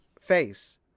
face